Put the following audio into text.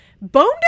Bone